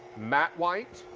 matt white,